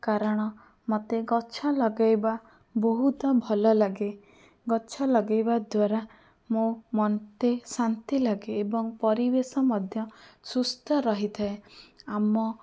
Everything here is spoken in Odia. କାରଣ ମୋତେ ଗଛ ଲଗେଇବା ବହୁତ ଭଲ ଲାଗେ ଗଛ ଲଗେଇବା ଦ୍ଵାରା ମୁଁ ମୋତେ ଶାନ୍ତି ଲାଗେ ଏବଂ ପରିବେଶ ମଧ୍ୟ ସୁସ୍ଥ ରହିଥାଏ ଆମ